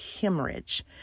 hemorrhage